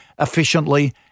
efficiently